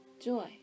joy